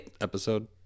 Episode